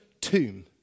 tomb